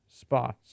spots